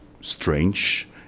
strange